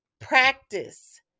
practice